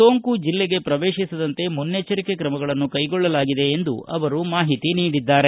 ಸೋಂಕು ಜಿಲ್ಲೆಗೆ ಪ್ರವೇಶಿಸದಂತೆ ಮುನ್ನೆಚ್ವರಿಕ ಕ್ರಮಗಳನ್ನು ಕ್ಕೆಗೊಳ್ಳಲಾಗಿದೆ ಎಂದು ಅವರು ಮಾಹಿತಿ ನೀಡಿದ್ದಾರೆ